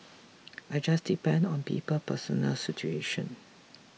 it just depends on people's personal situation